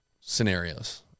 scenarios